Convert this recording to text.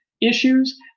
issues